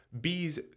bees